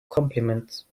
compliments